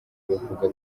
bavuga